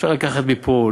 אפשר לקחת מפה,